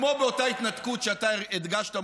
כמו באותה התנתקות שאתה הדגשת,